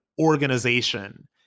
organization